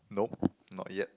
nope not yet